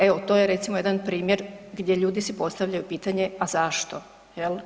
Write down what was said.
Evo, to je recimo jedan primjer gdje ljudi si postavljaju pitanje, a zašto, jel?